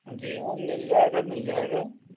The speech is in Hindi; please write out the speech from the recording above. जी हाँ मिल जाएगा मिल जाएगा